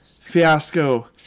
fiasco